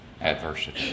adversity